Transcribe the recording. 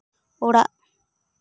ᱚᱲᱟᱜ